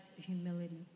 humility